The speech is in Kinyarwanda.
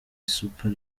super